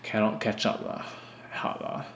cannot catch up lah hard lah